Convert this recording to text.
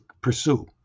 pursue